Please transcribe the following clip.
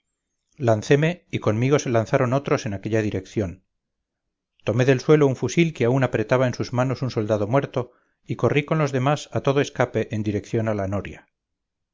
lanceme y conmigo se lanzaron otros en aquella dirección tomé del suelo un fusil que aún apretaba en sus manos un soldado muerto y corrí con los demás a todo escape en dirección a la noria